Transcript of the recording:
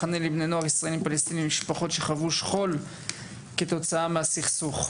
מחנה לבני נוער ישראלים פלשתינים משפחות שחוו שכול כתוצאה מהסכסוך,